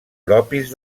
propis